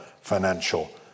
financial